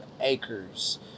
acres